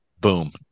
boom